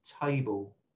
table